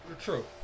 true